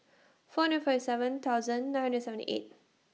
four hundred forty seven thousand nine hundred seventy eight